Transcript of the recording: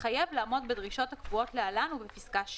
והתחייב לעמוד בדרישות הקבועות להלן ובפסקה (6):